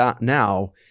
now